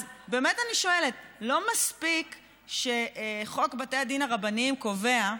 אז אני שואלת: לא מספיק שחוק בתי הדין הרבניים קובע,